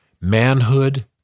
Manhood